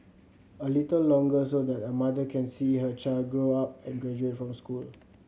a little longer so that a mother can see her child grow up and graduate from school